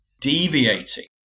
deviating